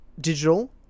digital